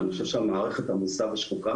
אבל אני חושב שהמערכת עמוסה ושחוקה